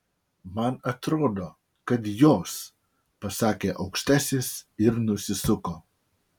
man atrodo kad jos pasakė aukštasis ir nusisuko